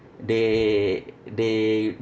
they they